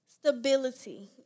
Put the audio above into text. stability